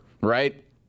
Right